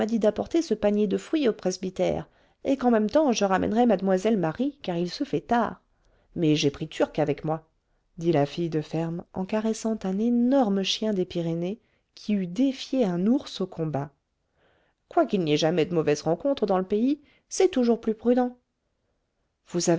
d'apporter ce panier de fruits au presbytère et qu'en même temps je ramènerais mlle marie car il se fait tard mais j'ai pris turc avec moi dit la fille de ferme en caressant un énorme chien des pyrénées qui eût défié un ours au combat quoiqu'il n'y ait jamais de mauvaise rencontre dans le pays c'est toujours plus prudent vous